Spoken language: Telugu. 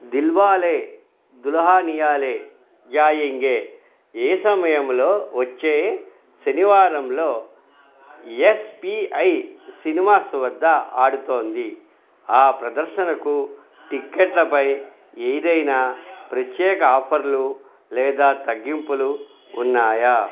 దిల్వాలే దుల్హనియా లే జాయేంగే ఏ సమయంలో వచ్చే శనివారంలో ఎస్ పీ ఐ సినిమాస్ వద్ద ఆడుతోంది ఆ ప్రదర్శనకు టిక్కెట్లపై ఏదైనా ప్రత్యేక ఆఫర్లు లేదా తగ్గింపులు ఉన్నాయా